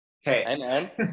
Hey